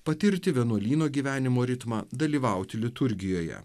patirti vienuolyno gyvenimo ritmą dalyvauti liturgijoje